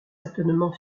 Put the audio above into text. certainement